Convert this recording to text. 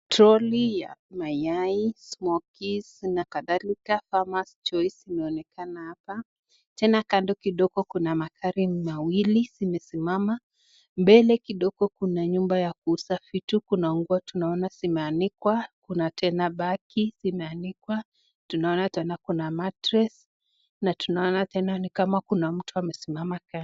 Troli ya mayai, smokis na kadhalika hapa Farmers Choice inaonekana hapa. Kando kidogo kuna magari mawili zimesimama , mbele kidogo kuna nyumba ya kuuza vitu tunaona nguo tena zimeanikwa, kuna bagi zimeanikwa tunaona tena kuna mattress na tunaona tena nikama kuna mtu amesimama kando.